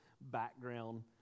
background